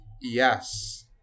yes